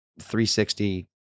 360